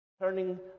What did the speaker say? turning